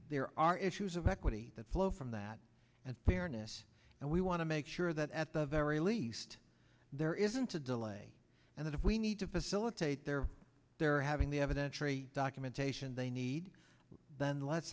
there are issues of equity that flow from that and fairness and we want to make sure that at the very least there isn't a delay and that if we need to facilitate their they're having the evidentiary documentation they need then let's